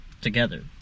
together